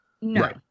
No